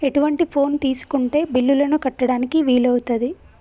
ఎటువంటి ఫోన్ తీసుకుంటే బిల్లులను కట్టడానికి వీలవుతది?